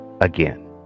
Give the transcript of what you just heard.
again